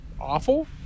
awful